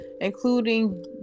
including